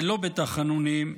ולא בתחנונים,